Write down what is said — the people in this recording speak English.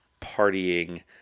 partying